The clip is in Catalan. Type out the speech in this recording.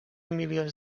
milions